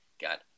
got